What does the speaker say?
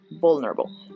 vulnerable